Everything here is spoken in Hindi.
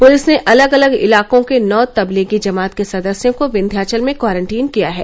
पुलिस ने अलग अलग इलाकों के नौ तबलीगी जमात के सदस्यों को विन्ध्याचल में क्वारंटीन किया है